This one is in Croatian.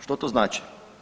Što to znači?